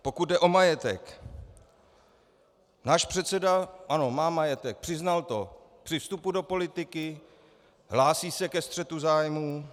Pokud jde o majetek, náš předseda, ano, má majetek, přiznal to při vstupu do politiky, hlásí se ke střetu zájmů.